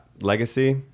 legacy